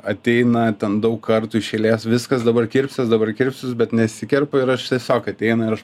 ateina ten daug kartų iš eilės viskas dabar kirpsiuos dabar kirpsiuos bet nesikerpa ir aš tiesiog ateina ir aš